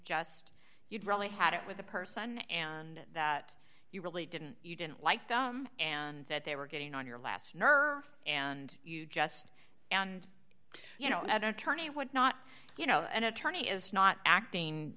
just you probably had it with the person and that you really didn't you didn't like them and that they were getting on your last nerve and you just and you know that attorney would not you know an attorney is not acting